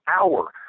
hour